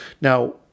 now